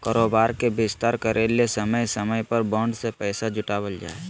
कारोबार के विस्तार करय ले समय समय पर बॉन्ड से पैसा जुटावल जा हइ